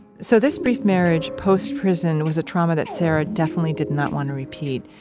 so this brief marriage post-prison was a trauma that sara definitely did not wanna repeat,